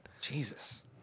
Jesus